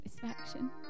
satisfaction